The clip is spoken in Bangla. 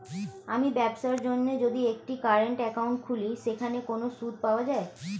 আমি ব্যবসার জন্য যদি একটি কারেন্ট একাউন্ট খুলি সেখানে কোনো সুদ পাওয়া যায়?